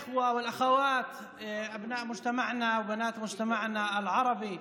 להלן תרגומם: אחים ואחיות בני ובנות החברה הערבית,